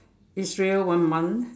Israel one month